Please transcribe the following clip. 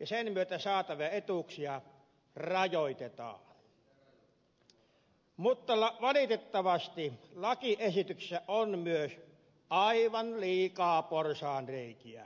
ja sen myötä saatavia etuuksia rajoitetaan mutta valitettavasti lakiesityksessä on myös aivan liikaa porsaanreikiä